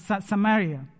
Samaria